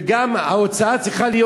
וגם ההוצאה צריכה להיות,